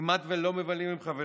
כמעט לא מבלים עם חברים.